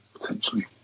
potentially